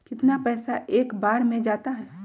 कितना पैसा एक बार में जाता है?